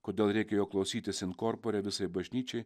kodėl reikėjo klausytis inkorpore visai bažnyčiai